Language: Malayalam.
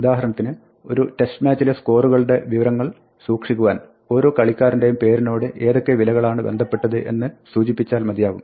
ഉദാഹരണത്തിന് ഒരു ടെസ്റ്റ് മാച്ചിലെ സ്കോറുകളുടെ വിവരങ്ങൾ സൂക്ഷിക്കുവാൻ ഓരോ കളിക്കാരൻറെയും പേരിനോട് ഏതൊക്കെ വിലകളണ് ബന്ധപ്പെട്ടപ്പെട്ടത് എന്ന് സൂചിപ്പിച്ചാൽ മതിയാവും